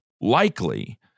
likely